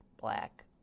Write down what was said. black